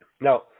Now